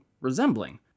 resembling